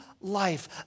life